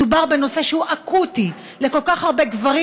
מדובר בנושא שהוא אקוטי לכל כך הרבה גברים,